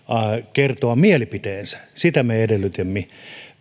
kertoa mielipiteensä sitä me edellytimme